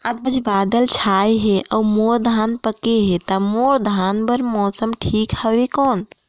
आज बादल छाय हे अउर मोर धान पके हे ता मोर धान बार मौसम ठीक हवय कौन?